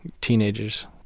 teenagers